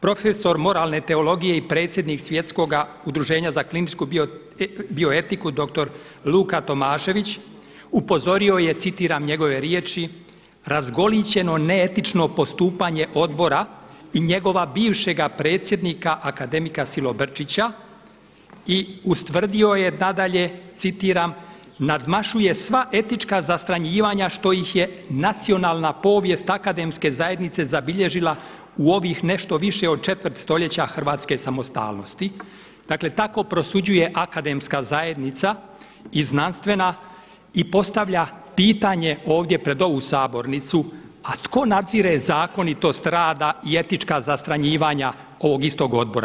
Profesor moralne teologije i predsjednik Svjetskoga udruženja za kliničku bioetiku doktor Luka Tomašević upozorio je, citiram njegove riječi „Razgolićeno, neetično postupanje odbora i njegova bivšega predsjednika akademika Silobrčića“ i ustvrdio je nadalje citiram „nadmašuje sva etička zastranjivanja što ih je nacionala povijest akademske zajednice zabilježila u ovih nešto više od četvrt stoljeća hrvatske samostalnosti“, dakle tako prosuđuje akademska zajednica i znanstvena i postavlja pitanje ovdje pred ovu sabornicu, a tko nadzire zakonitost rada i etička zastranjivanja ovog istog odbora.